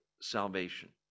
salvation